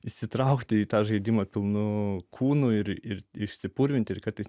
įsitraukti į tą žaidimą pilnu kūnu ir ir išsipurvinti ir kartais